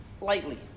lightly